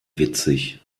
witzig